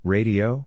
Radio